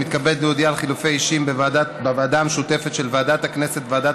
אני מתכבד להודיע על חילופי אישים בוועדה המשותפת של ועדת הכנסת וועדת